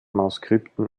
manuskripten